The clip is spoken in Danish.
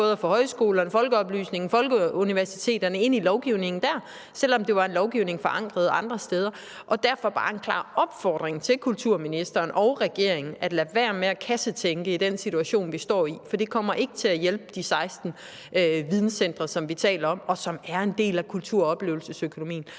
både højskolerne, folkeoplysningen og folkeuniversiteterne ind i lovgivningen der, selv om det var en lovgivning forankret andre steder. Derfor er det bare en klar opfordring til kulturministeren og regeringen om at lade være med at kassetænke i den situation, vi står i, for det kommer ikke til at hjælpe de 16 aktivitetscentre, som vi taler om, og som er en del af kulturoplevelsesøkonomien.